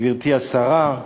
גברתי השרה,